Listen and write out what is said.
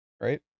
right